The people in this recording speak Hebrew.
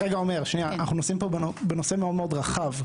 אנחנו נושאים פה בנושא מאוד מאוד רחב,